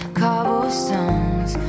cobblestones